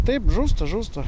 taip žūsta žūsta